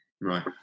Right